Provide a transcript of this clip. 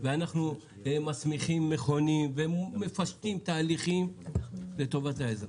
אנחנו מסמיכים מכונים ומפשטים תהליכים לטובת האזרח.